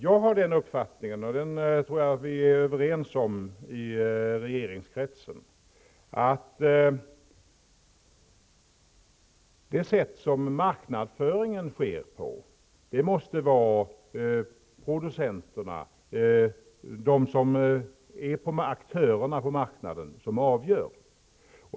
Jag har den uppfattningen -- som jag tror att vi är överens om i regeringskretsen -- att det sätt som marknadsföringen sker på måste det vara producenterna, aktörerna på marknaden, som avgör.